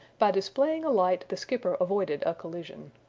by displaying a light the skipper avoided a collision.